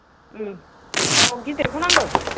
उम औ गिदिरखौ नांगौ